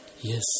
Yes